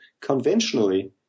conventionally